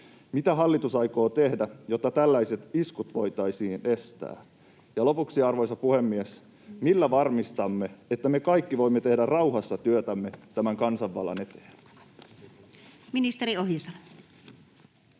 Mitä hallitus aikoo tehdä, jotta tällaiset iskut voitaisiin estää? Ja lopuksi, arvoisa puhemies: millä varmistamme, että me kaikki voimme tehdä rauhassa työtämme tämän kansanvallan eteen? Ministeri Ohisalo.